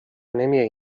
نمیایی